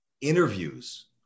interviews